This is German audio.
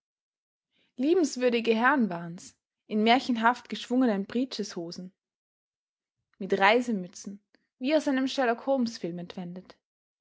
liebenswürdige herren waren's in märchenhaft geschwungenen breaches hosen mit reisemützen wie aus einem sherlock holmes film entwendet